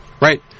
right